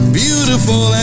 beautiful